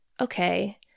okay